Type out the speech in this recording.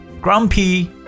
grumpy